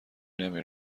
نمی